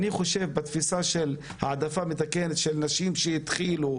אני חושב בתפיסה של העדפה מתקנת של נשים שהתחילו,